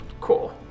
Cool